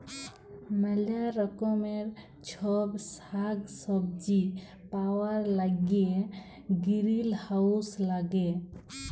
ম্যালা রকমের ছব সাগ্ সবজি পাউয়ার ল্যাইগে গিরিলহাউজ ল্যাগে